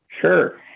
Sure